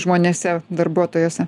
žmonėse darbuotojuose